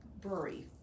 Brewery